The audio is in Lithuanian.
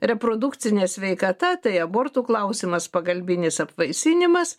reprodukcinė sveikata tai abortų klausimas pagalbinis apvaisinimas